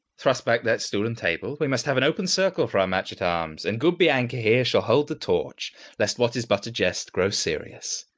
thrust back that stool and table. we must have an open circle for our match at arms, and good bianca here shall hold the torch lest what is but a jest grow serious.